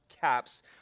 caps